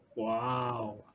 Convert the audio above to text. Wow